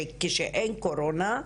כשאין קורונה,